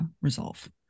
resolve